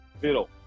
zero